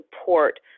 support